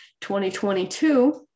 2022